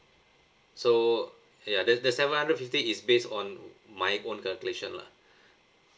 so ya that that seven hundred fifty is based my own calculation lah